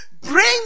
bring